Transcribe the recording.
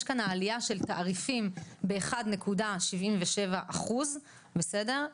יש כאן עלייה של תעריפים ב-1.77%, בסדר?